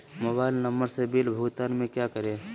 Mobile number से bill भुगतान में क्या करें?